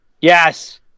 Yes